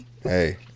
hey